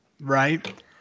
right